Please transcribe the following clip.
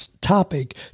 topic